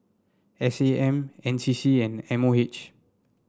S A M N C C and M O H